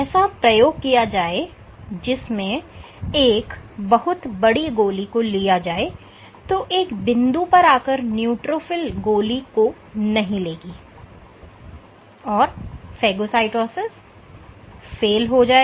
ऐसा प्रयोग किया जाए जिसमें एक बहुत बड़ी गोली को लिया जाए तो एक बिंदु पर आकर न्यूट्रोफिल गोली को नहीं लेगी और फगोसाइटोसिस विफल हो जाएगा